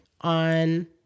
on